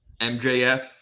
MJF